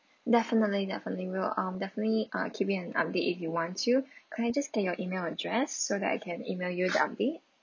definitely definitely we'll um definitely uh keep you an update if you want to can I just get your email address so that I can email you the update